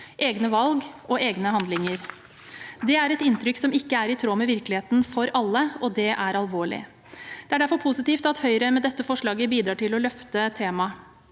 egne valg og egne handlinger. Det er et inntrykk som ikke er i tråd med virkeligheten for alle, og det er alvorlig. Det er derfor positivt at Høyre med dette forslaget bidrar til å løfte fram